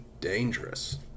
dangerous